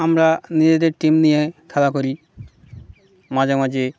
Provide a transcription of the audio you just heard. আমরা নিজেদের টিম নিয়ে খেলা করি মাঝে মাঝে